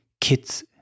kids